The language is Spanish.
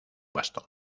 bastón